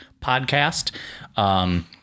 podcast